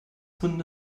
gründen